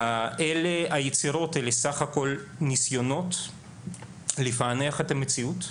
היצירות, אלה סך הכול ניסיונות לפענח את המציאות,